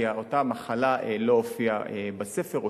כי אותה מחלה לא הופיעה בספר,